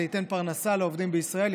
זה ייתן פרנסה לעובדים בישראל,